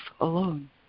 alone